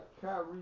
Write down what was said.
Kyrie